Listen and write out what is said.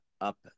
up